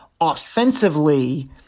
offensively